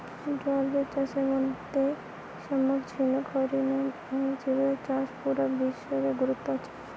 জল জিব চাষের মধ্যে শামুক ঝিনুক হারি নরম অং জিবের চাষ পুরা বিশ্ব রে গুরুত্ব আছে